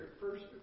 first